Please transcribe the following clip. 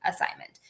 assignment